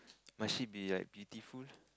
might she be like beautiful